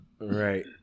right